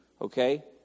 okay